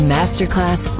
Masterclass